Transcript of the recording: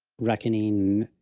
reckoning,